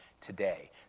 today